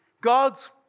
God's